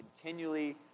continually